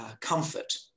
comfort